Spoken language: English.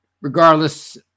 regardless